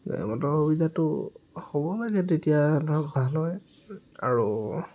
গাড়ী মটৰ সুবিধাটো হ'ব লাগে তেতিয়া ধৰক ভাল হয় আৰু